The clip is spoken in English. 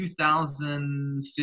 2015